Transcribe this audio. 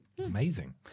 Amazing